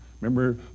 Remember